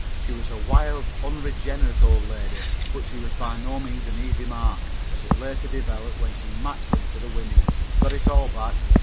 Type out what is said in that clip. she was a wild, unregenerated old lady, but she was by no means an easy mark, as it later developed when she matched them for the winnings, got it all back,